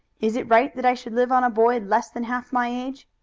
is it right that i should live on a boy less than half my age?